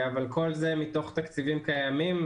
כל זה מתוך תקציבים קיימים,